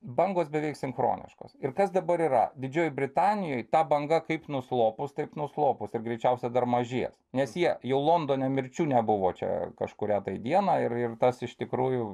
bangos beveik sinchroniškos ir kas dabar yra didžiojoj britanijoj ta banga kaip nuslopus taip nuslopus ir greičiausia dar mažės nes jie jau londone mirčių nebuvo čia kažkurią dieną ir ir tas iš tikrųjų